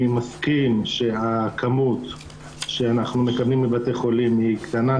אני מסכים שהכמות שאנחנו מקבלים מבתי החולים היא קטנה.